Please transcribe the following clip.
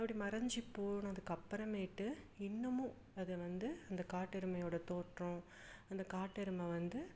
அப்படி மறைஞ்சி போனதுக்கு அப்புறமேட்டு இன்னமும் அதை வந்து அந்த காட்டெருமையோடய தோற்றம் அந்த காட்டெருமை வந்து